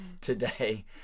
today